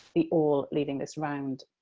the awl leaving this round,